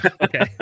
Okay